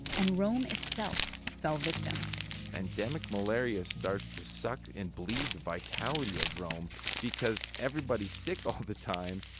and rome itself fell victim endemic malaria starts to suck and bleed the vitality of rome because everybody is sick all the time.